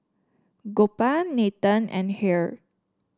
Gopal Nathan and